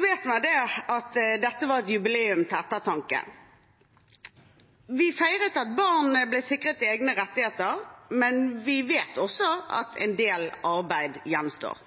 vet man at dette var et jubileum til ettertanke. Vi feiret at barn ble sikret egne rettigheter, men vi vet også at en del arbeid gjenstår.